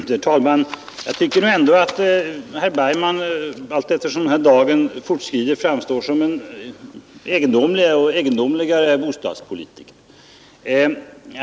Herr talman! Jag tycker ändå att herr Bergman allteftersom den här dagen fortskrider framstår som en allt egendomligare bostadspolitiker.